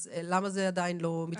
אז למה זה עדיין לא מתקבל?